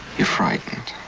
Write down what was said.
you're frightened.